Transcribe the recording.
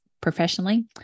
professionally